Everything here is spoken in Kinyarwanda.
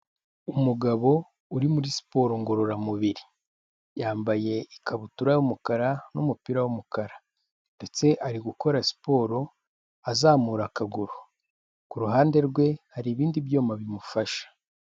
Umugabo uri muri siporo ngororamubiri yambaye ikabutura y'umukara n'umupira w'umukara ndetse ari gukora siporo azamura akaguru, ku ruhande rwe hari ibindi byuma bimufasha.